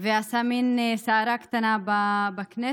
עשה מן סערה קטנה בכנסת.